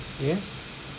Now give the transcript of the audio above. yes